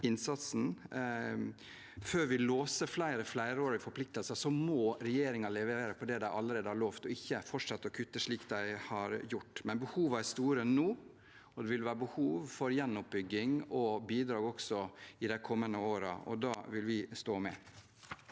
Før vi låser flere flerårige forpliktelser, må regjeringen levere på det de allerede har lovet, og ikke fortsette å kutte, slik de har gjort. Behovene er store nå. Det vil være behov for gjenoppbygging og bidrag også i de kommende årene, og da vil vi være med.